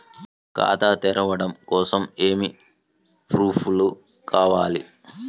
ఖాతా తెరవడం కొరకు ఏమి ప్రూఫ్లు కావాలి?